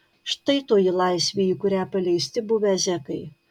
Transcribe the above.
štai toji laisvė į kurią paleisti buvę zekai